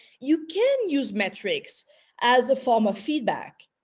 you can use metrics as a form of feedback,